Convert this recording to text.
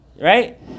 right